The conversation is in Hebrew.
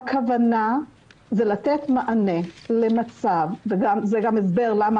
הכוונה היא לתת מענה למצב וזה גם הסבר למה